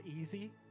easy